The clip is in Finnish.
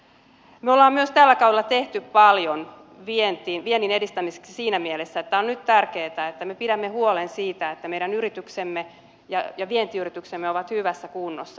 me olemme myös tällä kaudella tehneet paljon viennin edistämiseksi siinä mielessä että tämä on nyt tärkeätä että me pidämme huolen siitä että meidän yrityksemme ja vientiyrityksemme ovat hyvässä kunnossa